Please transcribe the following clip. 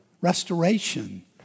restoration